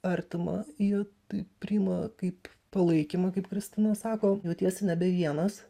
artima jie tai priima kaip palaikymą kaip kristina sako jautiesi nebe vienas